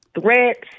Threats